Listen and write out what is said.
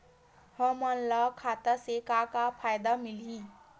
हमन ला खाता से का का फ़ायदा मिलही?